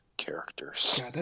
characters